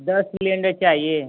दस सिलेंडर चाहिए